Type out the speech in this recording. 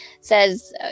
says